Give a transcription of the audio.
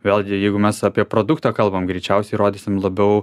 vėlgi jeigu mes apie produktą kalbam greičiausiai rodysim labiau